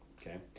Okay